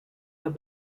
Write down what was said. have